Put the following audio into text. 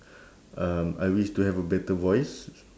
um I wish to have a better voice